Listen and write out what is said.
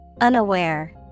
Unaware